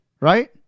Right